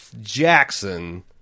Jackson